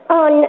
on